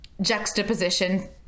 juxtaposition